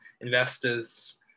investors